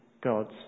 God's